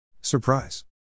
Surprise